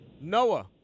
Noah